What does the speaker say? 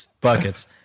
Buckets